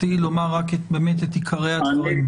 חברת הכנסת לסקי, לא, לא, תודה על קריאת הביניים.